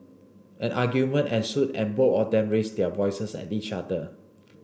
an argument ensued and both of them raised their voices at each other